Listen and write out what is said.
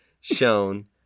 shown